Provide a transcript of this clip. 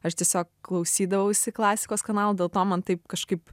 aš tiesiog klausydavausi klasikos kanalo dėl to man taip kažkaip